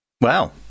Wow